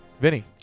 Vinny